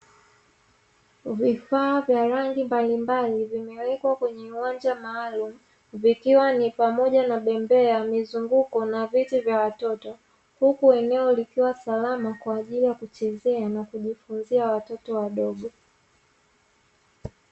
Vifaa vya rangi mbalimbali vimewekwa kwenye uwanja maalumu, vikiwa ni pamoja na bembea, mizunguko na viti vya watoto, huku eneo likiwa salama kwa ajili ya kuchezea na kujifunzia watoto wadogo.